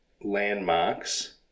landmarks